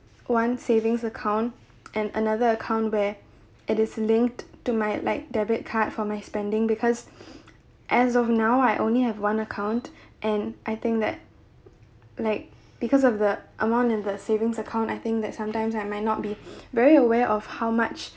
one savings account and another account where it is linked to my like debit card for my spending because as of now I only have one account and I think that like because of the amount in the savings account I think that sometimes I might not be very aware of how much